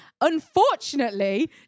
Unfortunately